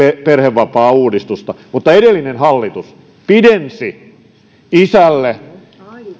perhevapaauudistusta mutta edellinen hallitus pidensi isälle